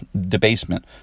debasement